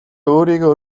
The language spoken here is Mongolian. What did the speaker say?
өөрийгөө